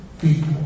people